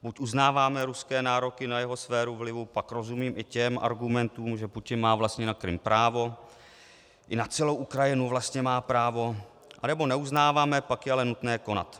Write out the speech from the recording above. Buď uznáváme ruské nároky na jeho sféru vlivu, pak rozumím i těm argumentům, že Putin má vlastně na Krym právo i na celou Ukrajinu má právo, anebo neuznáváme, pak je ale nutné konat.